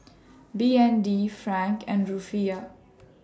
B N D Franc and Rufiyaa